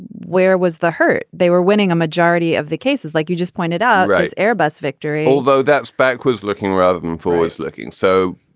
where was the hurt? they were winning a majority of the cases like you just pointed out. right airbus victory, although that's backwards looking rather than forwards looking. so,